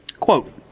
Quote